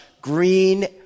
green